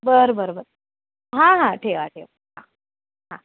बर बर बर हां हां ठेवा ठेवा हां हां